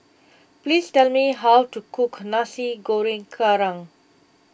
please tell me how to cook Nasi Goreng Kerang